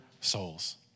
souls